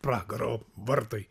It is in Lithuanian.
pragaro vartai